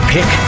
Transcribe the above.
Pick